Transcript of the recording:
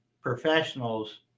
professionals